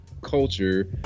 culture